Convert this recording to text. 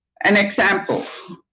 an example.